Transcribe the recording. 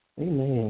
Amen